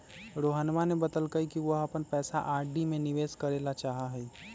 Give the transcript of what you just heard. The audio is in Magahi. रोहनवा ने बतल कई कि वह अपन पैसा आर.डी में निवेश करे ला चाहाह हई